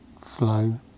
flow